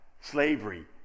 slavery